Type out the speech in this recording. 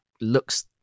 looks